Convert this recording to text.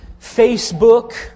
Facebook